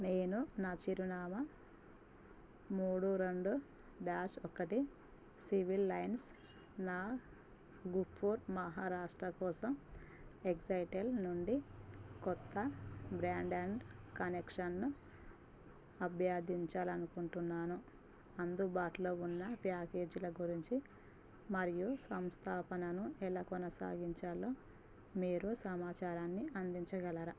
నేను నా చిరునామా మూడు రెండు డ్యాష్ ఒక్కటి సివిల్ లైన్స్ నాగుపూర్ మహారాష్ట్ర కోసం ఎక్సైటెల్ నుండి కొత్త బ్రాడ్బ్యాండ్ కనెక్షన్ను అభ్యర్థించాలి అనుకుంటున్నాను అందుబాటులో ఉన్న ప్యాకేజీల గురించి మరియు సంస్థాపనను ఎలా కొనసాగించాలో మీరు సమాచారాన్ని అందించగలరా